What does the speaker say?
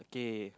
okay